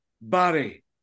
Barry